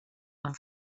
amb